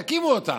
תקימו אותם.